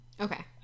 okay